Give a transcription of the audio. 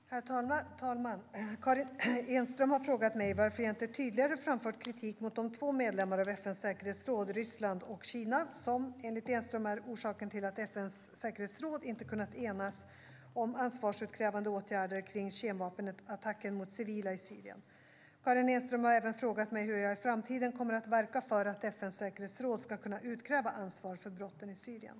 Herr talman! Karin Enström har frågat mig varför jag inte tydligare framfört kritik mot de två medlemmar av FN:s säkerhetsråd, Ryssland och Kina, som enligt Enström är orsaken till att FN:s säkerhetsråd inte kunnat enas om ansvarsutkrävande åtgärder kring kemvapenattacken mot civila i Syrien. Karin Enström har även frågat mig hur jag i framtiden kommer att verka för att FN:s säkerhetsråd ska kunna utkräva ansvar för brotten i Syrien.